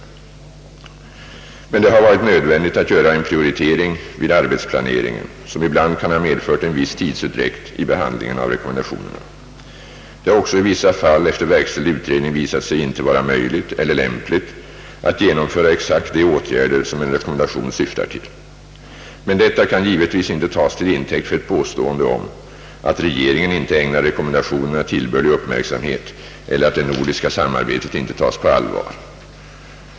Det har emellertid varit nödvändigt att göra en prioritering vid arbetsplaneringen som ibland kan ha medfört en viss tidsutdräkt i behandlingen av rekommendationerna. Det har också i vissa fall efter verkställd utredning visat sig inte vara möjligt eller lämpligt att genomföra exakt de åtgärder som en rekommendation syftar till. Men detta kan givetvis inte tas till intäkt för ett påstående om att regeringen inte ägnar rekommendationerna = tillbörlig uppmärksamhet eller att det nordiska samarbetet inte tas på allvar.